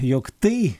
jog tai